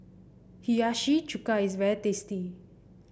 Hiyashi Chuka is very tasty